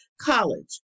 college